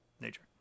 nature